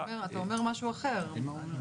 אתה אומר משהו אחר,